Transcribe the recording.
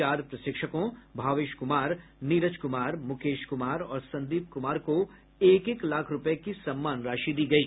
चार प्रशिक्षकों भवेश कुमार नीरज कुमार मुकेश कुमार और संदीप कुमार को एक एक लाख रूपये की सम्मान राशि दी गयी